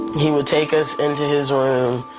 he would take us into his room.